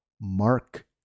mark